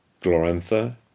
Glorantha